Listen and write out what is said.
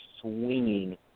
swinging